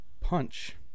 punch